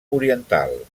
oriental